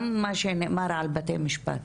גם מה שנאמר על בתי משפט.